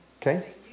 Okay